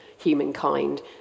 humankind